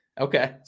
Okay